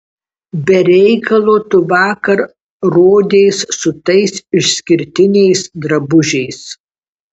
be reikalo tu vakar rodeis su tais išskirtiniais drabužiais